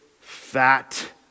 fat